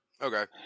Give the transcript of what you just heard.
Okay